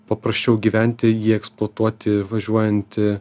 paprasčiau gyventi jį eksploatuoti važiuojant